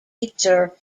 teacher